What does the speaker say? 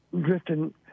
drifting